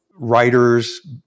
Writers